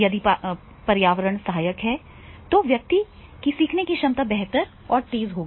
यदि पर्यावरण सहायक है तो व्यक्ति की सीखने की क्षमता बेहतर और तेज होगी